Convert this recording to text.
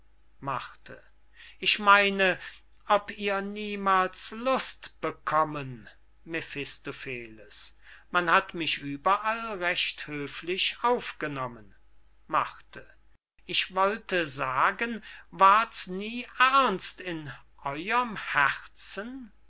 ich meine ob ihr niemals lust bekommen mephistopheles man hat mich überall recht höflich aufgenommen ich wollte sagen ward's nie ernst in eurem herzen